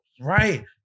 Right